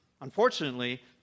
Unfortunately